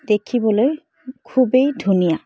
দেখিবলৈ খুবেই ধুনীয়া